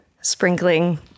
sprinkling